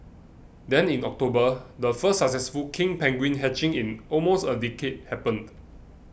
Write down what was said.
then in October the first successful king penguin hatching in almost a decade happened